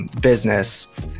business